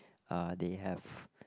uh they have